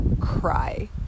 cry